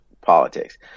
politics